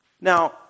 Now